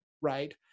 right